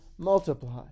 multiply